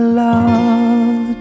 love